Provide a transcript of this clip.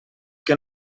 que